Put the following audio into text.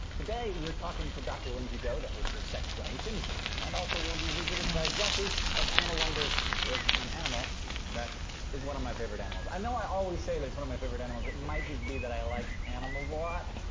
today, we're talking to dr. lindsey doe, the host of sexplanations and also, we'll be visited by jessi of animal wonders with an animal that is one of my favorite animals. i know i always say that it's one of my favorite animals. it might just be that i like animals a lot,